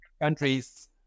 countries